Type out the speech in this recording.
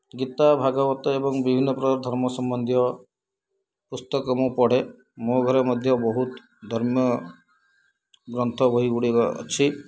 ଗୀତା ଭାଗବତ ଏବଂ ବିଭିନ୍ନପ୍ରକାର ଧର୍ମ ସମ୍ବନ୍ଧୀୟ ପୁସ୍ତକ ମୁଁ ପଢ଼େ ମୋ ଘରେ ମଧ୍ୟ ବହୁତ ଧର୍ମୀୟ ଗ୍ରନ୍ଥ ବହିଗୁଡ଼ିକ ଅଛି